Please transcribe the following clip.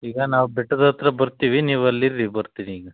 ಈಗ ನಾವು ಬೆಟ್ಟದತ್ತಿರ ಬರ್ತೀವಿ ನೀವು ಅಲ್ಲಿ ಇರ್ರಿ ಬರ್ತಿನಿ ಈಗ